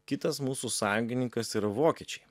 kitas mūsų sąjungininkas yra vokiečiai